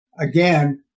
again